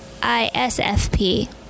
ISFP